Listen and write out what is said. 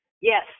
yes